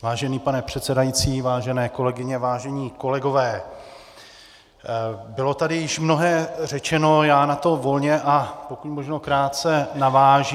Vážený pane předsedající, vážené kolegyně, vážení kolegové, bylo tady již mnohé řečeno, já na to volně a pokud možno krátce navážu.